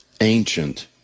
ancient